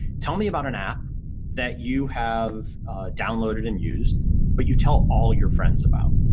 tell me about an app that you have downloaded and used but you tell all your friends about,